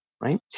right